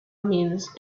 means